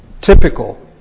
typical